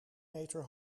meter